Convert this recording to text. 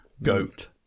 Goat